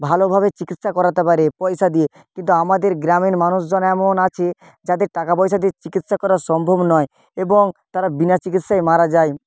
ভালোভাবে চিকিৎসা করাতে পারে পয়সা দিয়ে কিন্তু আমাদের গ্রামের মানুষজন এমন আছে যাদের টাকাপয়সা দিয়ে চিকিৎসা করা সম্ভব নয় এবং তারা বিনা চিকিৎসায় মারা যায়